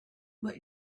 were